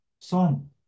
song